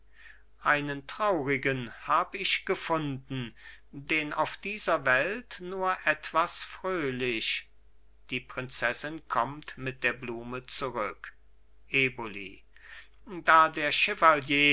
einen traurigen hab ich gefunden den auf dieser welt nur etwas fröhlich die prinzessin kommt mit der blume zurück eboli da der